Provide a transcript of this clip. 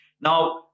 Now